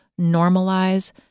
normalize